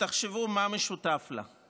ותחשבו מה משותף לה: